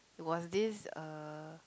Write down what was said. was this uh